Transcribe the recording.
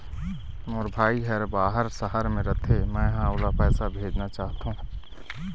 मोर भाई हर बाहर शहर में रथे, मै ह ओला पैसा भेजना चाहथों